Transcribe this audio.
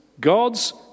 God's